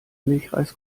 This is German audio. milchreis